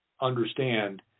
understand